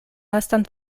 lastan